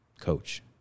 coach